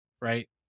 right